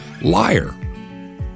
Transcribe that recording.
liar